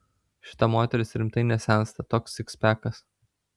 šita moteris rimtai nesensta toks sikspekas